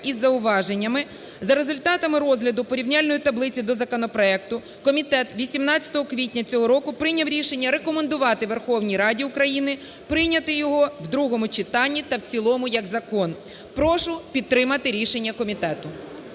із зауваженнями. За результатами розгляду порівняльної таблиці до законопроекту комітет 18 квітня цього року прийняв рішення рекомендувати Верховній Раді України прийняти його в другому читанні та в цілому як закон. Прошу підтримати рішення комітету.